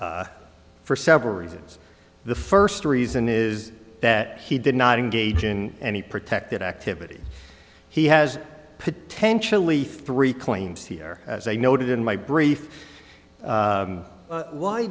t for several reasons the first reason is that he did not engage in any protected activity he has potentially three claims here as i noted in my brief